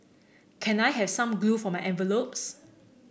can I have some glue for my envelopes